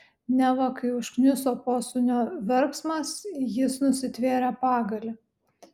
neva kai užkniso posūnio verksmas jis nusitvėrė pagalį